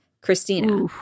Christina